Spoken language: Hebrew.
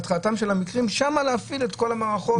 שם להפעיל את כל המערכות.